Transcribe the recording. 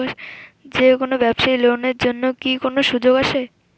যে কোনো ব্যবসায়ী লোন এর জন্যে কি কোনো সুযোগ আসে?